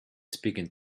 speaking